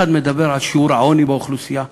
אחד מדבר על שיעור העוני באוכלוסייה,